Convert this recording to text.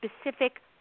specific